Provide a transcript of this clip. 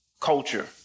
culture